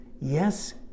Yes